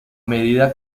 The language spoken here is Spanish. medida